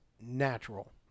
natural